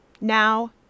now